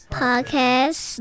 podcast